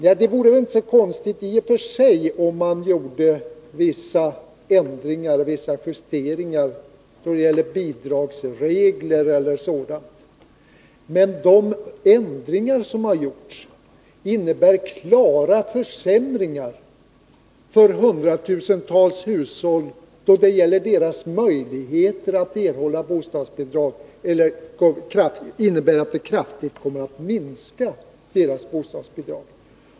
Regeringens handlande vore i och för sig inte så konstigt, om man endast 19 gjorde vissa justeringar av bidragsregler eller annat, men de ändringar som har gjorts innebär klara försämringar för hundratusentals hushåll då det gäller deras möjligheter att erhålla bostadsbidrag. Många hushåll får också kraftigt minskade bostadsbidrag.